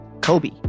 Kobe